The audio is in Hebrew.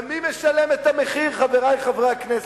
ומי משלם את המחיר, חברי חברי הכנסת?